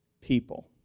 people